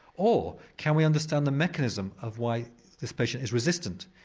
or can we understand the mechanism of why this patient is resistant.